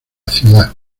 ciudad